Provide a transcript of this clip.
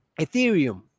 Ethereum